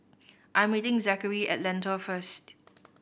I'm meeting Zackery at Lentor first